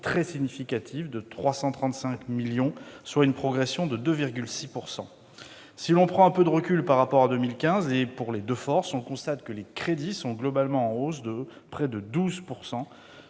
très significative, de 33 milliards d'euros, soit une progression de 2,6 %. Si l'on prend un peu de recul, par rapport à 2015, dans les deux forces, on constate que les crédits sont globalement en hausse de près de 12 %.